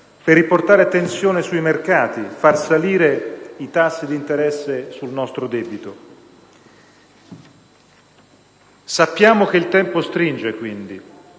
per riportare tensione sui mercati e far salire i tassi di interesse sul nostro debito. Sappiamo che il tempo stringe, quindi.